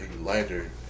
lighter